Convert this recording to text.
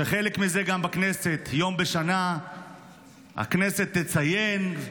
חלק מזה גם בכנסת, יום בשנה שהכנסת תציין,